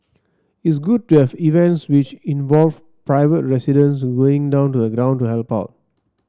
it's good to have events which involve private residents going down to the ground to help out